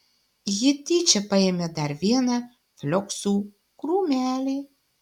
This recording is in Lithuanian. ji tyčia paėmė dar vieną flioksų krūmelį